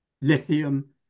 lithium